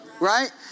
right